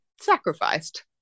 sacrificed